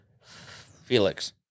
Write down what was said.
Felix